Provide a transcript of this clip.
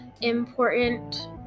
important